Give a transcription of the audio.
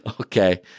Okay